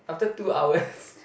after two hours